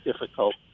difficult